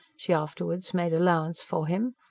she afterwards made allowance for him.